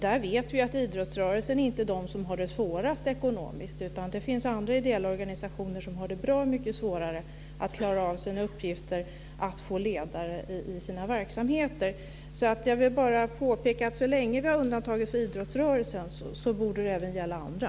Där vet vi att idrottsrörelsen inte har det svårast ekonomiskt. Det finns andra ideella organisationer som har det bra mycket svårare att klara av sina uppgifter och få ledare i sina verksamheter. Så länge det finns undantag för idrottsrörelsen borde det även gälla andra.